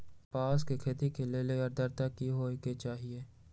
कपास के खेती के लेल अद्रता की होए के चहिऐई?